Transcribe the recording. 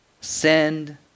Send